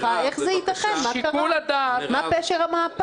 מה פשר המהפך?